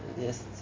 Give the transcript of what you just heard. Yes